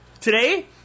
Today